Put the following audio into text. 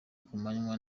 kumanywa